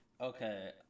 Okay